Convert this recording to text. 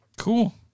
Cool